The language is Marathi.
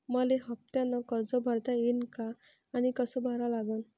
मले हफ्त्यानं कर्ज भरता येईन का आनी कस भरा लागन?